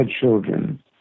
children